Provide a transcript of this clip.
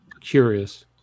curious